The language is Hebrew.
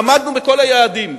עמדנו בכל היעדים,